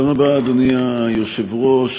אדוני היושב-ראש,